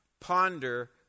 ponder